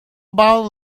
about